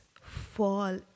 fall